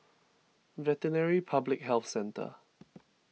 Veterinary Public Health Centre